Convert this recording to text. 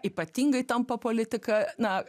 ypatingai tampa politika na